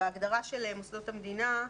ההגדרה של מוסדות המדינה,